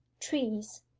trees,